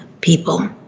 people